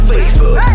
Facebook